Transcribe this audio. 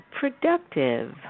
productive